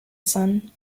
son